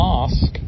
ask